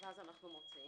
ואז אנו מוציאים